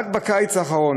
רק בקיץ האחרון,